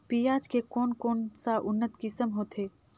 पियाज के कोन कोन सा उन्नत किसम होथे?